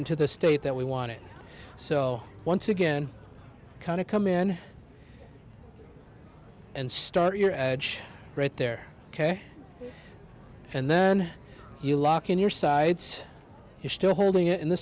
getting to the state that we want it so once again kind of come in and start your edge right there ok and then you lock in your side you still holding it in the